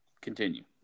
Continue